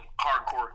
hardcore